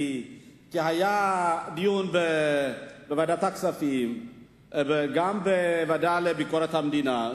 כי היה דיון בוועדת הכספים וגם בוועדה לביקורת המדינה,